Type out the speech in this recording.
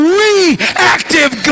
reactive